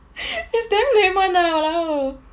it's damn lame [one] ah !walao!